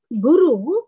Guru